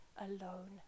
alone